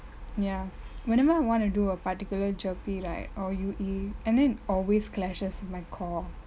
ya whenever I wanna do a particular jerpy right or U_E and then always clashes my core